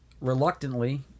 reluctantly